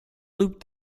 loop